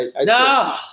No